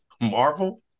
Marvel